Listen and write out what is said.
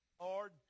Lord